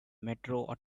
metro